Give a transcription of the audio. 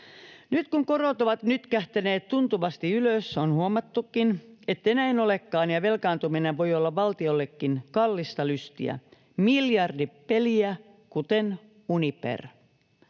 Nyt kun korot ovat nytkähtäneet tuntuvasti ylös, on huomattukin, ettei näin olekaan ja velkaantuminen voi olla valtiollekin kallista lystiä — miljardipeliä, kuten Uniper.